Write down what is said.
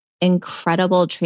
incredible